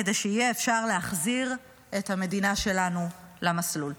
כדי שיהיה אפשר להחזיר את המדינה שלנו למסלול.